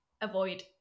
Avoid